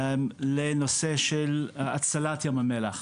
לנושא של הצלת ים המלח.